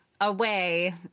away